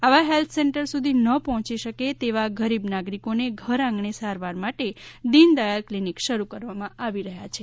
આવા health centre સુધી ન પહોંચી શકે તેવા ગરીબ નાગરિકોને ઘર આંગણે સારવાર માટે દીન દયાલ ક્લિનીક શરૂ કરવામાં આવી રહ્યા છે